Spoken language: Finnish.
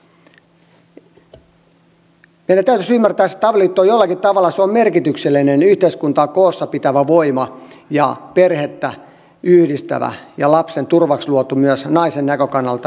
meidän täytyisi ymmärtää se että avioliitto on jollakin tavalla merkityksellinen yhteiskuntaa koossa pitävä voima perhettä yhdistävä ja lapsen turvaksi luotu myös naisen näkökannalta